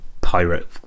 pirate